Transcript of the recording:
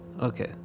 Okay